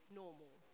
normal